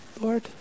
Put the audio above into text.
Lord